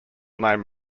name